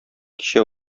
кичә